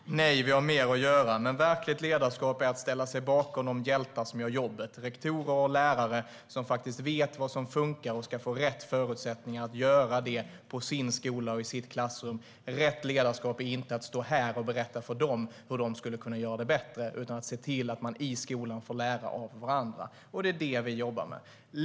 Herr talman! Nej, vi har mer att göra. Men verkligt ledarskap är att ställa sig bakom de hjältar som gör jobbet, rektorer och lärare, som faktiskt vet vad som fungerar och som ska få rätt förutsättningar för att göra det på sin skola och i sitt klassrum. Rätt ledarskap är inte att stå här och berätta för dem hur de skulle kunna göra det bättre utan att se till att man i skolan får lära av varandra - och det är det vi jobbar med.